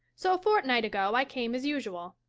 so a fortnight ago i came as usual.